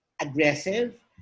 aggressive